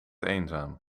eenzaam